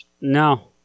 No